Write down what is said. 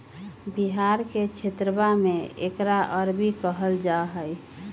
बिहार के क्षेत्रवा में एकरा अरबी कहल जाहई